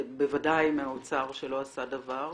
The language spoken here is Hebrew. בוודאי מהאוצר שלא עשה דבר,